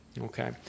okay